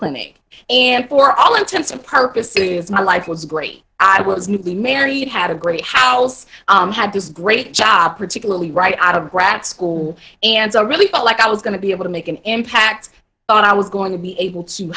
clinic and for all intents and purposes my life was great i was newly married had a great house had this great job particularly right out of grad school and i really felt like i was going to be able to make an impact but i was going to be able to